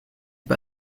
pas